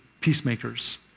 peacemakers